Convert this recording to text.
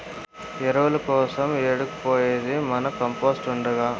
ఎరువుల కోసరం ఏడకు పోయేది మన కంపోస్ట్ ఉండగా